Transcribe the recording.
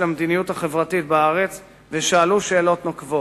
המדיניות החברתית בארץ ושאלו שאלות נוקבות.